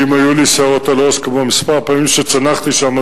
אם היו לי שערות על הראש כמספר הפעמים שצנחתי שם,